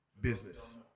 business